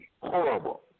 Horrible